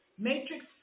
Matrix